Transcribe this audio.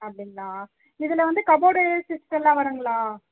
அப்டிங்களா இதில் வந்து கபோர்டு சிஸ்டம் எல்லாம் வருங்களா